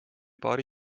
paari